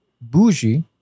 bougie